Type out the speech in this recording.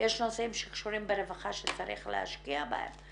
יש נושאים שקשורים ברווחה שצריך להשקיע בהם,